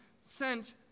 sent